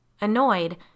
Annoyed